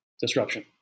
disruption